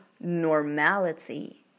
normality